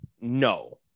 No